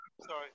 Sorry